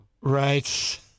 Right